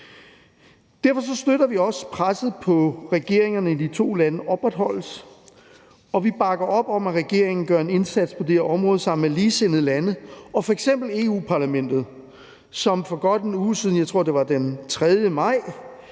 Derfor støtter vi også, at presset på regeringerne i de to lande opretholdes, og vi bakker op om, at regeringen gør en indsats på det her område sammen med ligesindede lande og f.eks. Europa-Parlamentet, som for godt en uge siden – jeg tror, det var den 3. maj